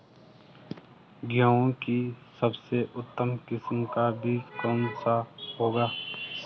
गेहूँ की सबसे उत्तम किस्म का बीज कौन सा होगा?